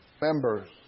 members